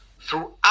throughout